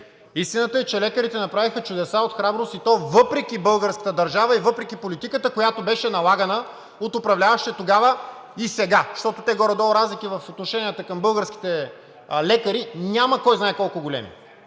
Истината е, че лекарите направиха чудеса от храброст, и то въпреки българската държава и въпреки политиката, която беше налагана от управляващите тогава и сега, защото те горе-долу разлики в отношенията към българските лекари няма кой знае колко големи.